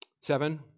Seven